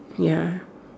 ya